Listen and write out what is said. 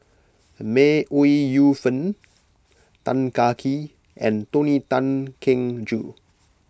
May Ooi Yu Fen Tan Kah Kee and Tony Tan Keng Joo